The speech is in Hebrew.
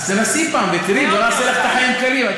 אז תנסי פעם ותראי, בואי נעשה לך את החיים קלים.